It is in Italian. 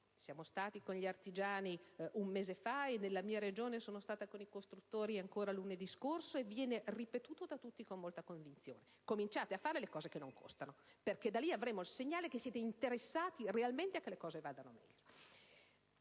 Siamo stati con gli artigiani un mese fa, e nella mia Regione sono stata con i costruttori ancora lunedì scorso, e viene ripetuto da tutti con molta convinzione. cominciate ad intraprendere le iniziative che non costano, perché da lì avremo il segnale che siete interessati realmente a che le cose vadano meglio.